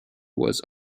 was